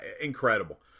incredible